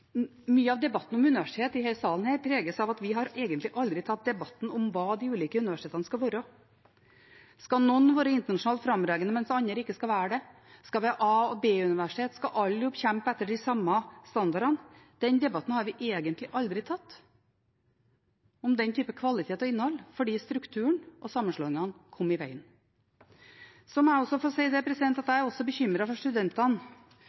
mye av debatten om universitetene i denne salen, preges av at vi egentlig aldri har tatt debatten om hva de ulike universitetene skal være. Skal noen være internasjonalt fremragende, mens andre ikke skal være det? Skal vi ha A- og B-universitet? Skal alle kjempe etter de samme standardene? Den debatten om den typen kvalitet og innhold har vi egentlig aldri tatt, fordi strukturen og sammenslåingene kom i veien. Jeg er også bekymret for studentene. Det har nok vært særlig tungt for